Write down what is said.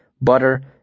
butter